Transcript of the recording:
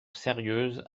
sérieuse